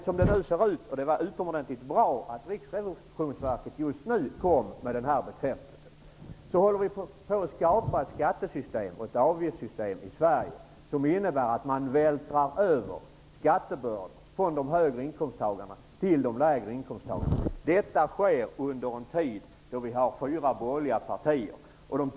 Som det nu ser ut -- det var utomordentligt bra att Riksrevionsverket kom med den här bekräftelsen just nu -- håller vi på att skapa ett skattesystem och ett avgiftssystem i Sverige som innebär att man vältrar över skattebördan från personer med högre inkomster till personer med lägre inkomster. Detta sker i en tid då vi har fyra borgerliga partier i regeringsställning.